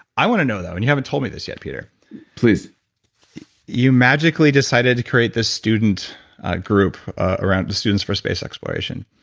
i wanna know, though, and you haven't told me this yet, peter please you magically decided to create this student group ah around the students for space exploration.